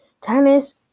tennis